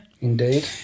Indeed